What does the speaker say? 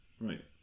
Right